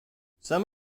some